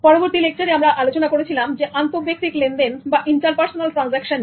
পরবর্তী লেকচারে আমরা আলোচনা করেছিলাম আন্তঃব্যক্তিক লেনদেন নিয়ে